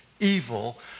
Evil